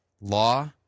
Law